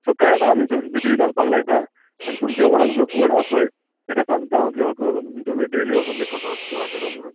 so कांय ना आमी सीसीटीवी घालपाक लायता आनी तुमच्या वांगडा जो कोण आहा पय तेका सांगता हांव की बाबा तुमी डेली वोसोन थंय कचरो गोळा करा म्हणून